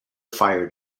fired